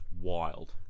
wild